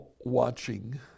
watching